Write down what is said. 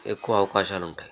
ఎక్కువ అవకాశాలు ఉంటాయి